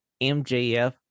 MJF